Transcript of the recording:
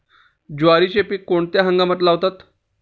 ज्वारीचे पीक कोणत्या हंगामात लावतात?